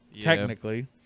technically